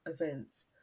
events